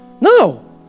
No